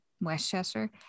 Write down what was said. Westchester